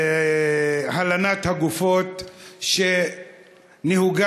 למדיניות הלנת הגופות שנהוגה,